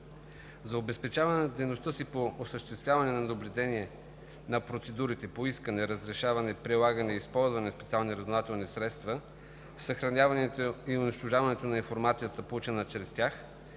За обезпечаване на дейността си по осъществяване наблюдение на процедурите по искане, разрешаване, прилагане и използване на специални разузнавателни средства, съхраняването и унищожаването на информацията, получена чрез тях,